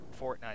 fortnite